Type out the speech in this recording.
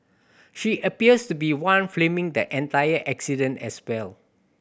she appears to be one filming the entire incident as well